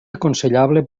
aconsellable